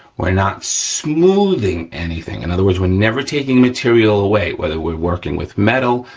we're not smoothing anything. in other words, we're never taking material away, whether we're working with metal,